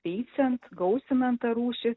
veisiant gausinant tą rūšį